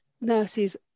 nurses